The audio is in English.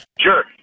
Sure